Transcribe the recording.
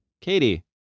Katie